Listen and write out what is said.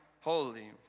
holy